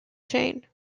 chain